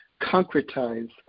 concretize